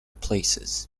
places